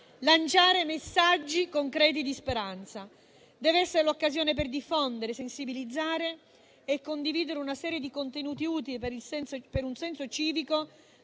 lanciare messaggi concreti di speranza. Devono essere l'occasione per diffondere, sensibilizzare e condividere una serie di contenuti utili per un senso civico